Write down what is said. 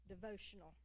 devotional